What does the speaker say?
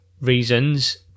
reasons